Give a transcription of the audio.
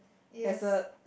yes